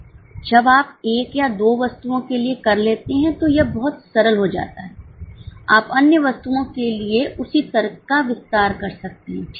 जब आप एक या दो वस्तुओं के लिए कर लेते हैं तो यह बहुत सरल हो जाता है आप अन्य वस्तुओं के लिए उसी तर्क का विस्तार कर सकते हैं